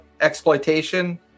exploitation